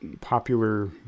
popular